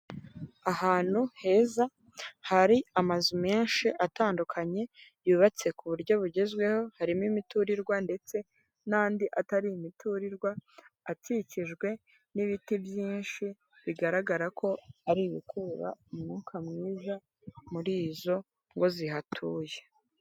Ahantu heza hari amazu menshi atandukanye yubatse ku buryo bugezweho, harimo imiturirwa ndetse n'andi atari imiturirwa akikijwe n'ibiti byinshi bigaragara ko ari ibikurura umwuka mwiza muri izo ngo zihatuye.